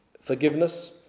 forgiveness